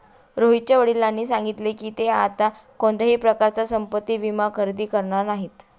रोहितच्या वडिलांनी सांगितले की, ते आता कोणत्याही प्रकारचा संपत्ति विमा खरेदी करणार नाहीत